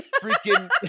Freaking